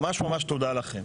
ממש ממש תודה לכם.